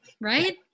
Right